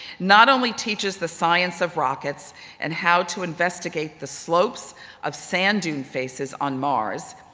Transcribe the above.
not only teaches the science of rockets and how to investigate the slopes of sand dune faces on mars,